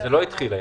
זה לא התחיל היום.